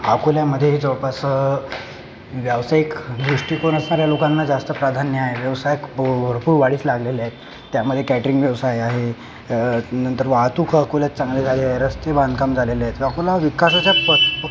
अकोल्यामध्ये जवळपास व्यावसायिक दृष्टिकोण असणाऱ्या लोकांना जास्त प्राधान्य आहे व्यवसाय भ भरपूर वाढीस लागलेला आहे त्यामध्ये कॅटरींग व्यवसाय आहे नंतर वाहतूक अकोल्यात चांगली झाली आहे रस्ते बांधकाम झालेले आहेत अकोला विकासाच्या प प